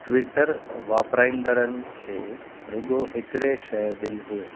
Twitter वापिराईंदड़नि खे रुॻो हिकिड़े शइ दिलि हुए